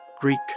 Greek